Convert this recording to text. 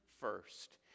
first